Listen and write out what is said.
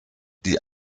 die